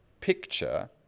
picture